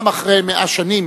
גם אחרי 100 שנים